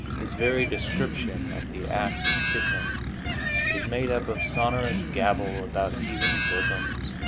his very description of the act of kissing is made up of sonorous gabble about heaving bosoms,